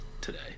today